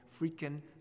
freaking